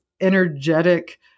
energetic